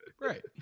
Right